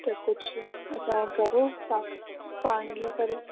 त कुझु करोसि था पाणीअ करे